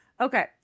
Okay